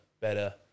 better